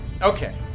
Okay